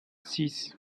six